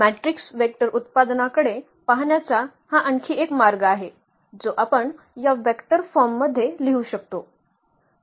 matrix vector उत्पादनाकडे पाहण्याचा हा आणखी एक मार्ग आहे जो आपण या वेक्टर फॉर्ममध्ये लिहू शकतो